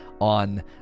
on